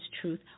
truth